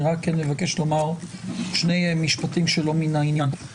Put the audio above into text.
אני מבקש לומר שני משפטים שלא מן העניין.